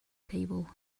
table